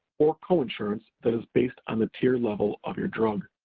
or coinsurance, that is based on the tier level of your drug.